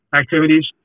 activities